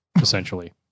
essentially